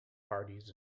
parties